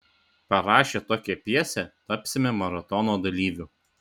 parašę tokią pjesę tapsime maratono dalyviu